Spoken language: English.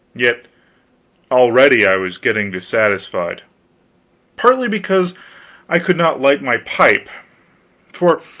yet already i was getting dissatisfied partly because i could not light my pipe for,